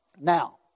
now